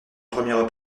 première